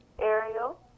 Ariel